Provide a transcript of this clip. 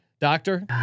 doctor